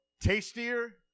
tastier